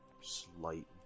slight